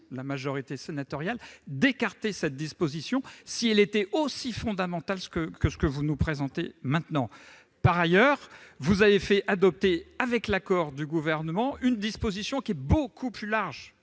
paritaire d'écarter cette disposition, si elle était aussi fondamentale que ce que vous nous présentez maintenant ? Par ailleurs, vous avez fait adopter, avec l'accord du Gouvernement, une disposition beaucoup plus large,